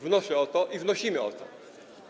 Wnoszę o to i wnosimy o to.